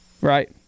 Right